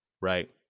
right